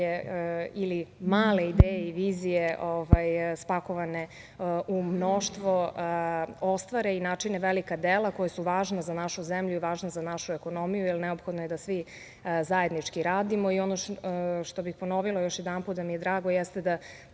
ili male ideje i vizije, spakovane u mnoštvo, ostvare i načine velika dela, koja su važna za našu zemlju i važna za našu ekonomiju, jer je neophodno da svi zajednički radimo. Ono što bih ponovila još jedanput jeste da mi je drago da